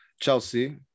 Chelsea